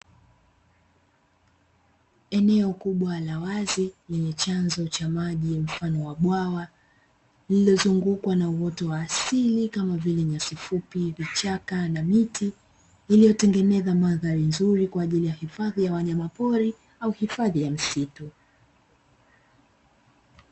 Eneo kubwa la wazi lenye chanzo cha maji mfano wa bwawa, lililozungukwa na uoto wa asili kama vile: nyasi fupi, vichaka na miti, iliyotengeneza mandhari nzuri kwa ajili ya hifadhi ya wanyama pori au hifadhi ya misitu.